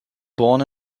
born